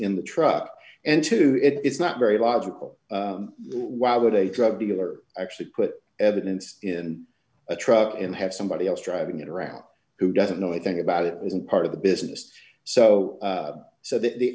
in the truck and two it's not very logical why would a drug dealer actually put evidence in a truck in have somebody else driving it around who doesn't know anything about it isn't part of the business so so that the